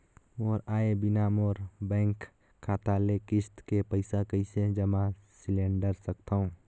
मोर आय बिना मोर बैंक खाता ले किस्त के पईसा कइसे जमा सिलेंडर सकथव?